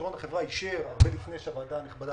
דירקטוריון החברה אישר הרבה לפני שהוועדה הנכבדה